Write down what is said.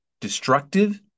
destructive